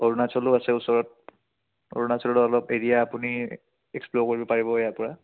অৰুণাচলো আছে ওচৰত অৰুণাচলত অলপ এৰিয়া আপুনি এক্সপ্ল'ৰ কৰিব পাৰিব ইয়াৰপৰা